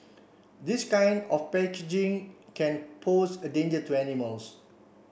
this kind of packaging can pose a danger to animals